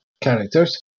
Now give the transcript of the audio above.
characters